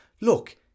look